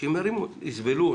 שהולכים לפתור אותו.